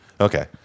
Okay